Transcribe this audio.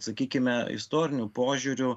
sakykime istoriniu požiūriu